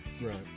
Right